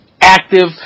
active